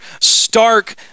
stark